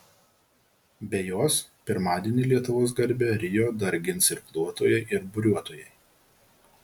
be jos pirmadienį lietuvos garbę rio dar gins irkluotojai ir buriuotojai